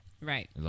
Right